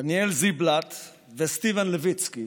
דניאל זיבלט וסטיבן לויצקי,